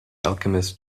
alchemist